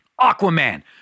Aquaman